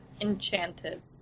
Enchanted